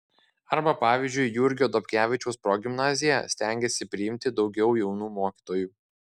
arba pavyzdžiui jurgio dobkevičiaus progimnazija stengiasi priimti daugiau jaunų mokytojų